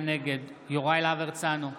נגד יוראי להב הרצנו,